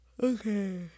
Okay